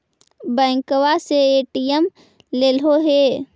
बैंकवा से ए.टी.एम लेलहो है?